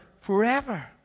forever